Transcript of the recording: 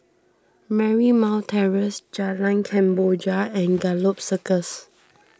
Marymount Terrace Jalan Kemboja and Gallop Circus